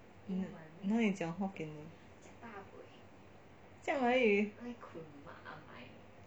那你讲 hokkien 这样而已